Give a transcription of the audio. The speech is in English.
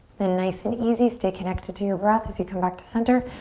then nice and easy stay connected to your breath as you come back to center.